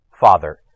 father